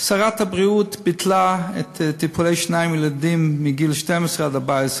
שרת הבריאות ביטלה את טיפולי השיניים לילדים בגיל 12 14,